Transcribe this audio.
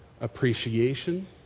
appreciation